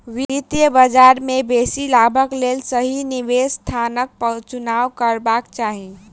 वित्तीय बजार में बेसी लाभक लेल सही निवेश स्थानक चुनाव करबाक चाही